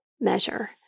measure